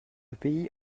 pays